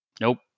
Nope